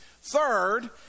Third